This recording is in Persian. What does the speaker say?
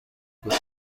گفت